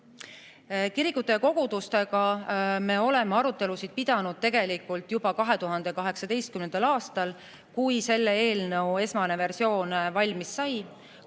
Kirikute ja kogudustega me pidasime arutelusid tegelikult juba 2018. aastal, kui selle eelnõu esmane versioon valmis sai.